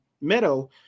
Meadow